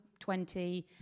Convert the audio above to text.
20